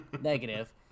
negative